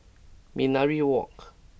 Minaret Walk